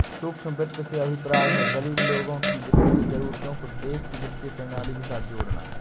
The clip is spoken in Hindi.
सूक्ष्म वित्त से अभिप्राय है, गरीब लोगों की वित्तीय जरूरतों को देश की वित्तीय प्रणाली के साथ जोड़ना